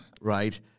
right